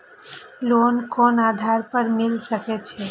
Loan कोन आधार पर मिल सके छे?